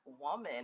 woman